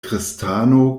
kristano